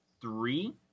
three